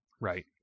right